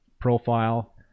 profile